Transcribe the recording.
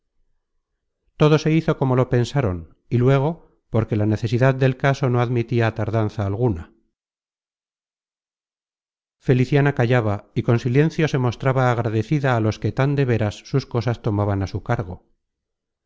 todo se hizo como lo pensaron y luego porque la necesidad del caso no admitia tardanza alguna feliciana callaba y con silencio se mostraba agradecida á los que tan de véras sus cosas tomaban a su cargo